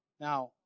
Now